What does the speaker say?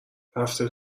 رفته